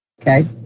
Okay